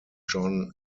john